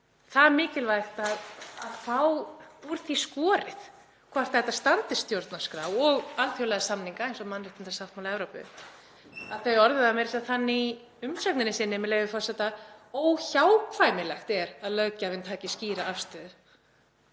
Það er mikilvægt að fá úr því skorið hvort þetta standist stjórnarskrá og alþjóðlega samninga eins og mannréttindasáttmála Evrópu. Þau orðuðu það meira að segja þannig í umsögn sinni, með leyfi forseta: „Óhjákvæmilegt er að löggjafinn taki skýra afstöðu